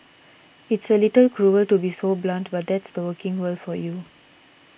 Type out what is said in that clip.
it's a little cruel to be so blunt but that's the working world for you